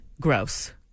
gross